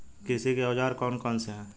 कृषि के औजार कौन कौन से हैं?